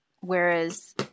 Whereas